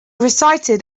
recited